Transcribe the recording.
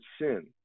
sin